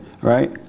Right